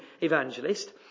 evangelist